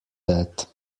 that